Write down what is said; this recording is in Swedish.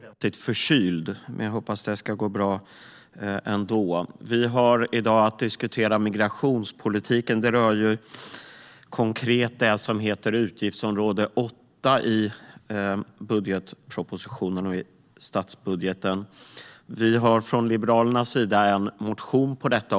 Herr talman! Vi diskuterar i dag migrationspolitiken. Det rör konkret det som heter utgiftsområde 8 i budgetpropositionen och i statsbudgeten. Liberalerna har en motion om detta.